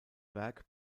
werk